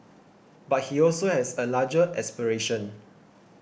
but he also has a larger aspiration